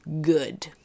Good